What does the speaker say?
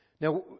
Now